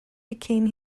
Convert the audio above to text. became